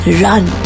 run